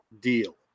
deal